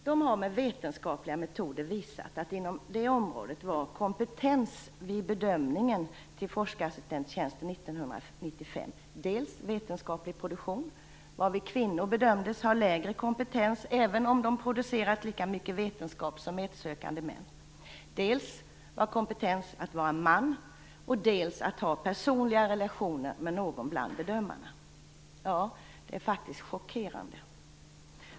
De har med vetenskapliga metoder visat att vid bedömningen av kompetens vid tillsättandet av forskarassistenttjänster under 1995 Att vara man. Att ha personliga relationer med någon bland bedömarna. Ja - det är faktiskt chockerande!